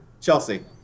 Chelsea